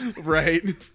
Right